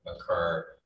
occur